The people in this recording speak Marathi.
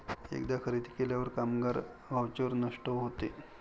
एकदा खरेदी केल्यावर कामगार व्हाउचर नष्ट होते